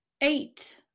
eight